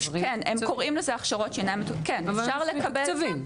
הם קוראים לזה הכשרות שאינן מתוקצבות אבל אפשר לקבל שוברים.